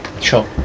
sure